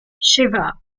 shiva